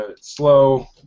slow